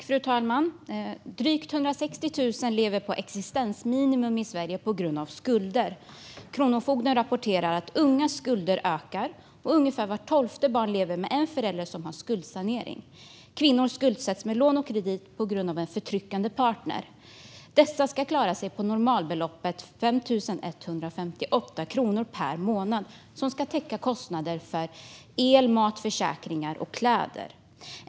Fru talman! Drygt 160 000 lever på existensminimum i Sverige på grund av skulder. Kronofogden rapporterar att ungas skulder ökar, och ungefär vart tolfte barn lever med en förälder som har skuldsanering. Kvinnor skuldsätts med lån och krediter på grund av en förtryckande partner. Dessa ska klara sig på normalbeloppet 5 158 kronor per månad som ska täcka kostnader för el, mat, försäkringar och kläder.